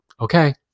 okay